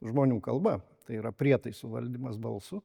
žmonių kalba tai yra prietaisų valdymas balsu